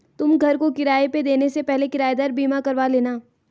तुम घर को किराए पे देने से पहले किरायेदार बीमा करवा लेना